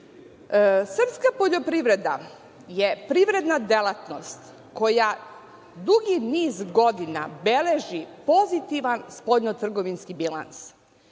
Srpska poljoprivreda je privredna delatnost koja dugi niz godina beleži pozitivan spoljno-trgovinski bilans.